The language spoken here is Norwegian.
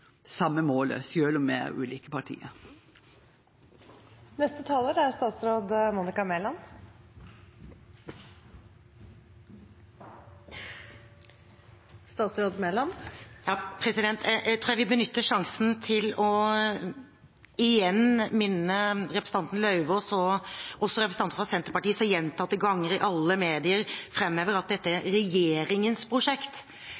samme målet, selv om vi er ulike partier. Jeg vil benytte sjansen til igjen å minne representanten Lauvås og også representanter fra Senterpartiet som gjentatte ganger i alle medier framhever at dette er regjeringens prosjekt,